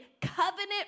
covenant